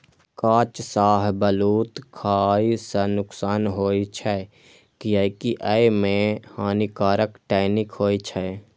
कांच शाहबलूत खाय सं नुकसान होइ छै, कियैकि अय मे हानिकारक टैनिन होइ छै